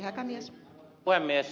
arvoisa puhemies